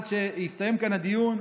עד שיסתיים כאן הדיון,